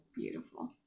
beautiful